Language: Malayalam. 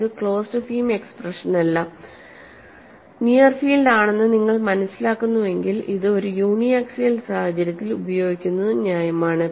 ഇത് ക്ലോസ്ഡ് ഫോം എക്സ്പ്രഷനല്ല നിയർ ഫീൽഡ് ആണെന്ന് നിങ്ങൾ മനസ്സിലാക്കുന്നുവെങ്കിൽ ഇത് ഒരു യൂണി ആക്സിയൽ സാഹചര്യത്തിൽ ഉപയോഗിക്കുന്നതും ന്യായമാണ്